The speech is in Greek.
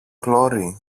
πλώρη